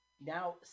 Now